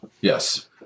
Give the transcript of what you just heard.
yes